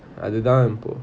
அது தான் இப்போ:athu thaan ipo